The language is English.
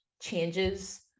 changes